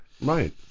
right